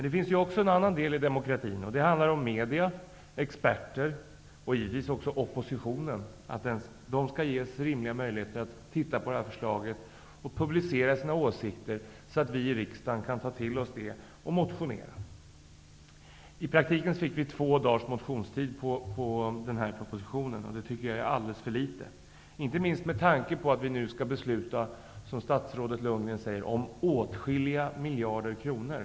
Det finns också andra faktorer i demokratin. Det gäller media, experter och givetvis även oppositionen. Dessa parter måste ges rimliga möjligheter att se över förslaget och publicera sina åsikter, så att vi i riksdagen kan ta till oss dem och motionera. I praktiken fick vi två dagars motionstid för den här propositionen. Det tycker jag är alldeles för litet. Det är det inte minst med tanke på att vi nu skall besluta om -- som statsrådet Bo Lundgren säger -- åtskilliga miljarder kronor.